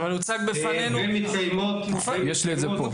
אבל הוצג בפנינו --- יש לי את זה פה.